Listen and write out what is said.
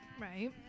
right